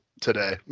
today